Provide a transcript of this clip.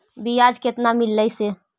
बियाज केतना मिललय से?